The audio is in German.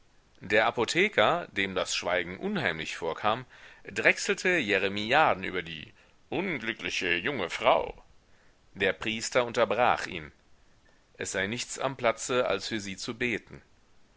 der apotheker dem das schweigen unheimlich vorkam drechselte jeremiaden über die unglückliche junge frau der priester unterbrach ihn es sei nichts am platze als für sie zu beten